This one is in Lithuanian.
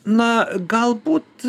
na galbūt